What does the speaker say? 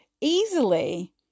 easily